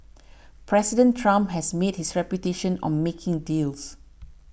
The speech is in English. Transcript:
President Trump has made his reputation on making deals